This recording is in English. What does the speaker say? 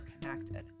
connected